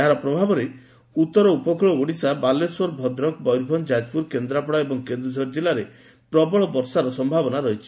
ଏହାର ପ୍ରଭାବରେ ଉତ୍ତର ଉପକୁଳ ଓଡିଶା ବାଲେଶ୍ୱର ଭଦ୍ରକ ମୟରଭଞ୍ଞ ଯାଜପୁର କେନ୍ଦ୍ରାପଡା ଏବଂ କେନ୍ଦୁଝର କିଲ୍ଲାରେ ପ୍ରବଳବର୍ଷାର ସମ୍ଭାବନା ରହିଛି